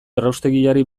erraustegiari